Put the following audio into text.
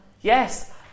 Yes